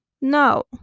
No